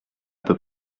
peu